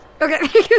Okay